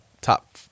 top